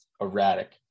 erratic